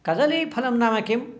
कदलीफलं नाम किम्